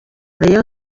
rayon